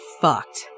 fucked